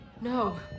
No